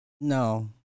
No